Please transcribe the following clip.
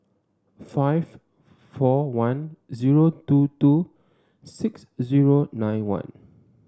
five four one zero two two six zero nine one